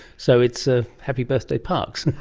so it's ah happy birthday parkes.